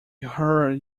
heard